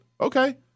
Okay